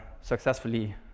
successfully